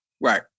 Right